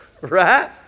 Right